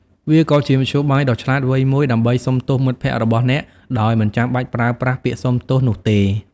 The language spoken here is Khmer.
វាក៏ជាមធ្យោបាយដ៏ឆ្លាតវៃមួយដើម្បីសុំទោសមិត្តភក្តិរបស់អ្នកដោយមិនចាំបាច់ប្រើប្រាស់ពាក្យសុំទោសនោះទេ។